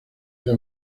era